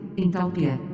entalpia